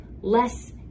less